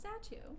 statue